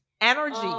Energy